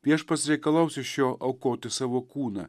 viešpats reikalaus iš jo aukoti savo kūną